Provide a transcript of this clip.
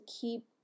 keep